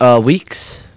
Weeks